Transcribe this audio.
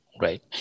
Right